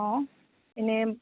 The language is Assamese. অঁ এনেই